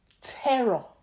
terror